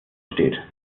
steht